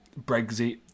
Brexit